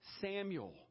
Samuel